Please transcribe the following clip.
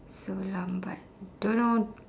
so lambat don't know